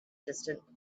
distant